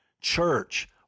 church